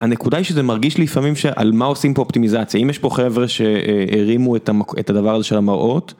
הנקודה היא שזה מרגיש לי לפעמים שעל מה עושים פה אופטימיזציה, אם יש פה חבר'ה שהרימו את הדבר הזה של המראות.